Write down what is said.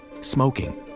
smoking